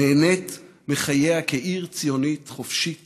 נהנית מחייה כעיר ציונית חופשית